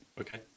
okay